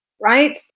right